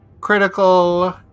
Critical